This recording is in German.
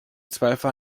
zweifel